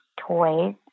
toys